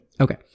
Okay